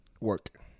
Work